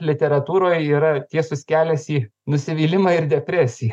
literatūroj yra tiesus kelias į nusivylimą ir depresiją